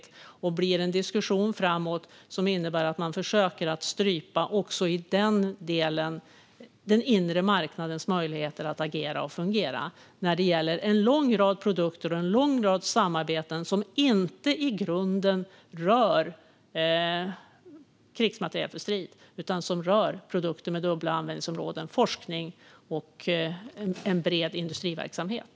Det kommer också att bli en diskussion framåt som innebär att man även i den delen försöker strypa den inre marknadens möjligheter att agera och fungera. Det gäller en lång rad produkter och en lång rad samarbeten. Det är i grunden inte krigsmateriel för strid utan produkter med dubbla användningsområden, såsom forskning och en bred industriverksamhet.